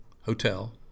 Hotel